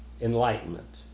enlightenment